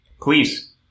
please